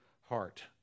heart